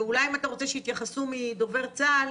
ואולי אם אתה רוצה שיתייחסו מדובר צה"ל,